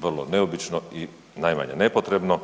vrlo neobično i najmanje nepotrebno.